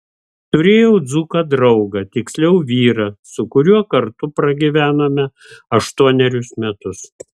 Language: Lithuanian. turėjau dzūką draugą tiksliau vyrą su kuriuo kartu pragyvenome aštuonerius metus